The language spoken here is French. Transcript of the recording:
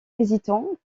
hésitant